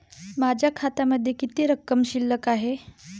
माझ्या खात्यामध्ये किती रक्कम शिल्लक आहे?